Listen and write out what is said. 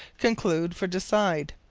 conclude for decide.